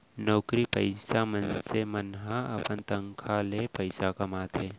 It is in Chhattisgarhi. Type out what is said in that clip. नउकरी पइसा मनसे मन ह अपन तनखा ले पइसा कमाथे